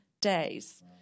days